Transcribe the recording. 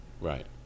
Right